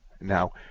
Now